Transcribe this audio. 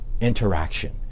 interaction